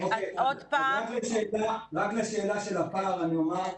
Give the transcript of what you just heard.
רק לשאלה של הפער אני אומר,